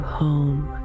home